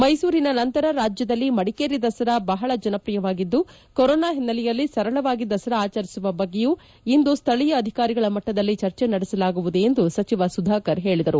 ಮ್ನೆಸೂರಿನ ನಂತರ ರಾಜ್ಯದಲ್ಲಿ ಮಡಿಕೇರಿ ದಸರಾ ಬಹಳ ಜನಪ್ರಿಯವಾಗಿದ್ಲು ಕೊರೋನಾ ಹಿನ್ನೆಲೆಯಲ್ಲಿ ಸರಳವಾಗಿ ದಸರಾ ಆಚರಿಸುವ ಬಗ್ಗೆಯೂ ಇಂದು ಸ್ಥಳೀಯ ಅಧಿಕಾರಿಗಳ ಮಟ್ಟದಲ್ಲಿ ಚರ್ಚೆ ನಡೆಸಲಾಗುವುದು ಎಂದು ಸಚಿವ ಸುಧಾಕರ್ ಹೇಳಿದರು